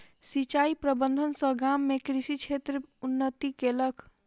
सिचाई प्रबंधन सॅ गाम में कृषि क्षेत्र उन्नति केलक